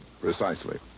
Precisely